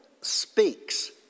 speaks